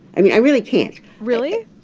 i mean, i really can't really?